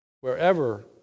wherever